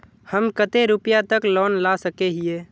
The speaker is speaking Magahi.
हम कते रुपया तक लोन ला सके हिये?